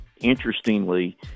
Interestingly